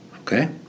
Okay